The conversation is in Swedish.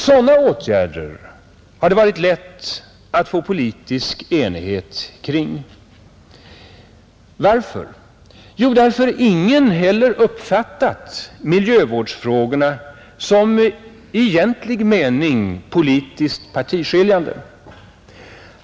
Sådana åtgärder har det varit lätt att få politisk enighet kring. Varför? Jo, därför att ingen heller har uppfattat miljövårdsfrågorna som i egentlig mening politiskt partiskiljande.